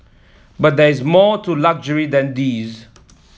but there is more to luxury than these